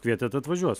kvietėt atvažiuos